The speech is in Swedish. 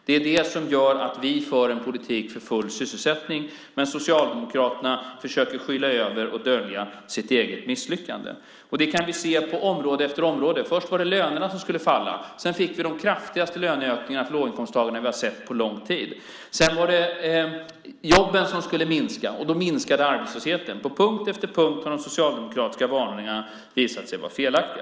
Det som vi gör är att vi för en politik för full sysselsättning, men Socialdemokraterna försöker skyla över och dölja sitt eget misslyckande. Det kan vi se på område efter område. Först var det lönerna som skulle falla, men vi fick de kraftigaste löneökningar för låginkomsttagarna som vi har sett på lång tid. Sedan var det jobben som skulle minska, och då minskade arbetslösheten. På punkt efter punkt har de socialdemokratiska varningarna visat sig vara felaktiga.